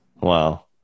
Wow